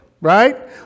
right